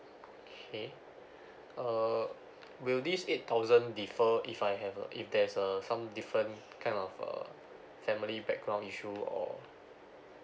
okay uh will this eight thousand differ if I have uh if there's uh different kind of uh family background issue or